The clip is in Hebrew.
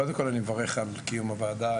קודם כל אני מברך על קיום הוועדה,